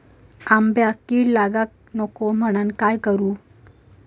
आंब्यक कीड लागाक नको म्हनान काय करू?